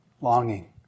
longing